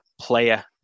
player